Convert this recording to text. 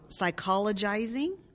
psychologizing